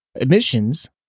emissions